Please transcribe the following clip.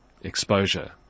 exposure